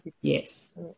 yes